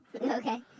Okay